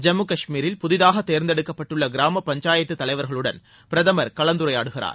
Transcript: ஜம்மு காஷ்மீரில் புதிதாக தேர்ந்தெடுக்கப்பட்டுள்ள கிராம பஞ்சாயத்து தலைவர்களுடன் பிரதமர் கலந்துரையாடுகிறார்